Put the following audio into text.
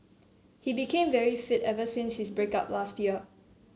he became very fit ever since his break up last year